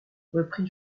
reprit